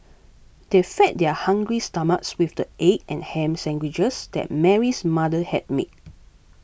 they fed their hungry stomachs with the egg and ham sandwiches that Mary's mother had made